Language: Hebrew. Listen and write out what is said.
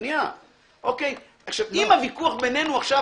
אם הוויכוח בינינו עכשיו